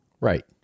Right